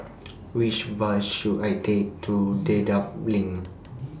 Which Bus should I Take to Dedap LINK